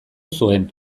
zuen